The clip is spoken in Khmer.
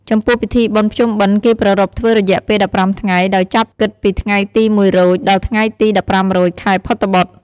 ចំពោះពិធីបុណ្យភ្ជុំបិណ្ឌគេប្រារព្ធធ្វើរយៈពេល១៥ថ្ងៃ ដោយចាប់គិតពីថ្ងៃទី០១រោច ដល់ថ្ងៃទី១៥រោច ខែភទ្របទ ។